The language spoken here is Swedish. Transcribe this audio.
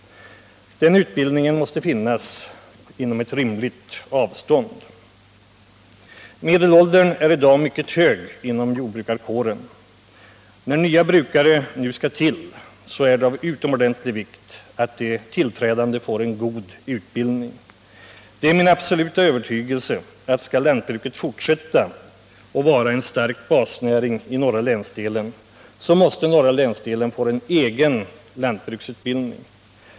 Den utbildningen måste dessutom finnas inom ett rimligt avstånd. Medelåldern inom jordbrukarkåren är i dag mycket hög. När nya brukare nu skall till, är det av utomordentlig vikt att de tillträdande får en god utbildning. Det är min absoluta övertygelse att om lantbruket skall fortsätta att vara en stark basnäring i norra länsdelen, så måste denna få en egen lantbruksutbildning.